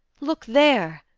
look there,